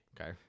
Okay